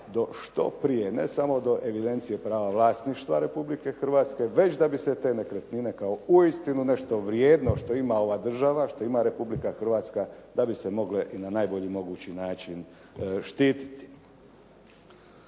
do što prije ne samo do evidencije prava vlasništva Republike Hrvatske već da bi se te nekretnine kao uistinu nešto vrijedno što ima ova država, što ima Republika Hrvatska da bi se mogle i na najbolji mogući način štititi.